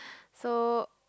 so